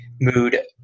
mood